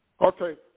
Okay